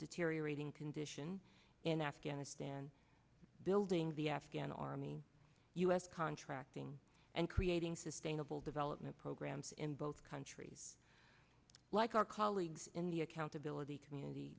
deteriorating condition in afghanistan building the afghan army u s contracting and creating sustainable development programs in both countries like our colleagues in the accountability community